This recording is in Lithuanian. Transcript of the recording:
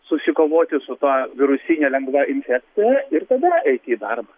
susikovoti su ta virusine lengva infekcija ir tada eiti į darbą